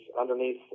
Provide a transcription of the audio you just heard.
underneath